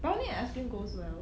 brownie and ice cream goes well